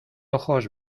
ojos